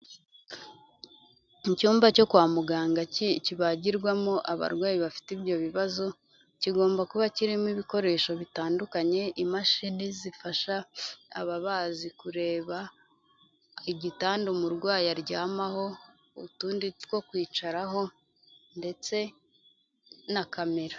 Icyumba cyo kwa muganga kibagirwamo abarwayi bafite ibyo bibazo kigomba kuba kirimo ibikoresho bitandukanye, imashini zifasha ababazi kureba, igitanda umurwayi aryamaho, utundi two kwicaraho ndetse na kamera.